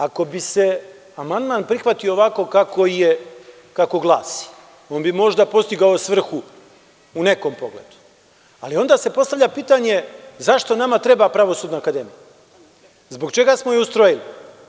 Ako bi se amandman prihvatio ovako kako glasi, on bi možda postigao svrhu u nekom pogledu, ali onda se postavlja pitanje zašto nama treba pravosudna akademija, zbog čega smo mi u stroju?